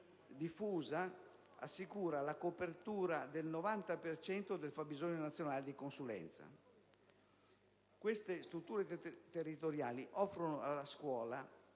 diffusa assicura la copertura del 90 per cento del fabbisogno nazionale di consulenza. Tali strutture territoriali offrono alla scuola